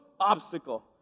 obstacle